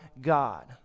God